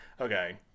okay